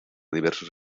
diversos